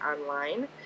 online